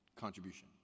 Contribution